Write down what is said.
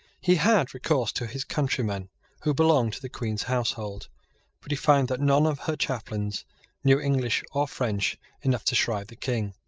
he had recourse to his countrymen who belonged to the queen's household but he found that none of her chaplains knew english or french enough to shrive the king.